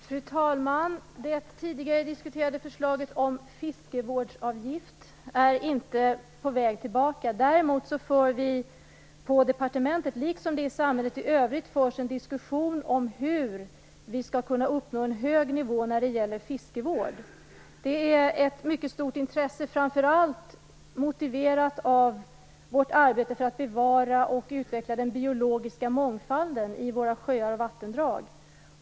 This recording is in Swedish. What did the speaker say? Fru talman! Det tidigare diskuterade förslaget om fiskevårdsavgift är inte på väg tillbaka. Däremot för vi på departementet, liksom i samhället i övrigt, en diskussion om hur vi skall kunna uppnå en hög nivå för fiskevården. Det finns ett mycket stort intresse för detta, motiverat framför allt av arbetet för att bevara och utveckla den biologiska mångfalden i våra sjöar och vattendrag.